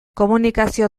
komunikazio